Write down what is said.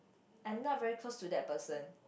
I am not very close to that person